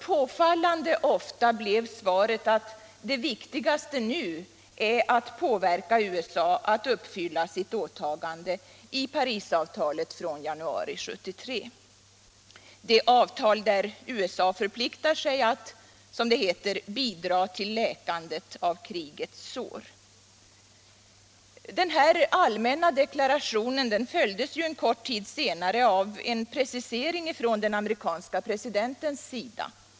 Påfallande ofta blev svaret att det viktigaste nu är att påverka USA att uppfylla sitt åtagande i Parisavtalet från januari 1973, det avtal där USA förpliktar sig att, som det heter, bidra till läkandet av krigets sår. Denna allmänna deklaration följdes en kort tid senare av en precisering från den amerikanske presidentens sida.